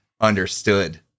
understood